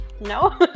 No